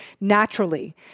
naturally